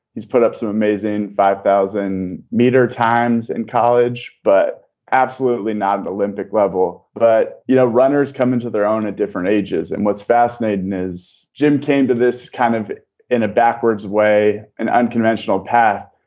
he's put up some amazing five thousand meter times in college, but absolutely not the olympic level. but, you know, runners come into their own at different ages. and what's fascinating is jim came to this kind of in a backwards way, an unconventional path.